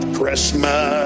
Christmas